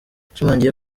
yashimangiye